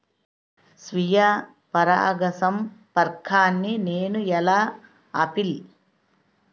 స్వీయ పరాగసంపర్కాన్ని నేను ఎలా ఆపిల్?